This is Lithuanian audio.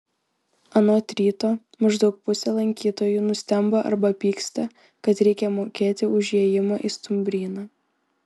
anot ryto maždaug pusė lankytojų nustemba arba pyksta kad reikia mokėti už įėjimą į stumbryną